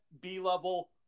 B-level